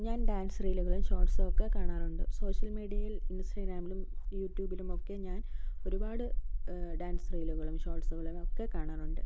ഞാൻ ഡാൻസ് റീലുകളും ഷോർട്സും ഒക്കെ കാണാറുണ്ട് സോഷ്യൽ മീഡിയയിൽ ഇൻസ്റ്റാഗ്രാമിലും യൂട്യുബിലും ഒക്കെ ഞാൻ ഒരുപാട് ഡാൻസ് റീലുകളും ഷോർട്സുകളും ഒക്കെ കാണാറുണ്ട്